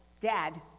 dad